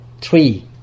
three